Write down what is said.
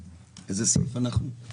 מן הלשכה המשפטית במשרד האוצר.